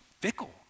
fickle